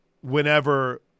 whenever